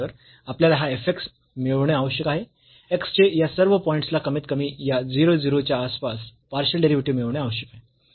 तर आपल्याला हा f x मिळवणे आवश्यक आहे x चे या सर्व पॉईंटस् ला कमीतकमी या 0 0 च्या आसपास पार्शियल डेरिव्हेटिव्ह मिळवणे आवश्यक आहे